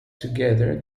together